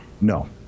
no